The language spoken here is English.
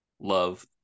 love